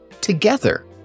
together